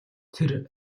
тэр